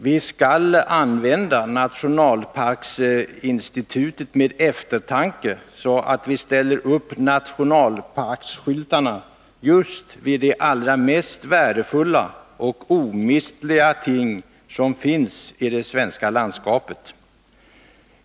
Vi skall använda nationalparksinstitutet med eftertanke, så att vi ställer upp nationalparksskyltarna just vid de allra mest värdefulla och omistliga ting som finns i det svenska landskapet.